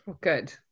Good